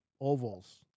ovals